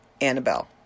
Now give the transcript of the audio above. Annabelle